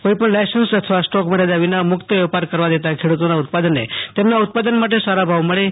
કોઈ પણ લાઇસન્સ અથવા સ્ટોક મર્યાદા વિના મુક્ત વેપાર કરવા દેતા ખેડૂતોના ઉત્પાદને તેમના ઉત્પાદન માટે સારા ભાવ મળે છે